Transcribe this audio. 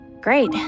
Great